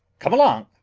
come along!